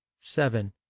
seven